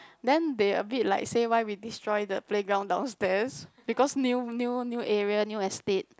then they a bit like say why we destroy the playground downstairs because new new new area new estate